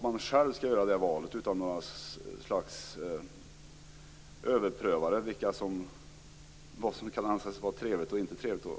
De skall själva göra det valet utan några överprövare som skall bestämma vilken idrott som är trevlig eller inte trevlig.